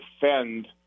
defend